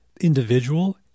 Individual